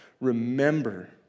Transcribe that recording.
remember